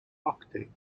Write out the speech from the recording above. octane